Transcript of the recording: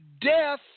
death